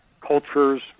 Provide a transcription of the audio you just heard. cultures